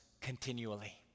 continually